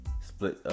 Split